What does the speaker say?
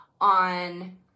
on